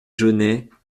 genêts